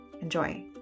Enjoy